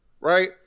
Right